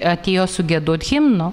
atėjo sugiedot himno